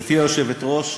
גברתי היושבת-ראש,